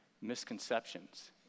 misconceptions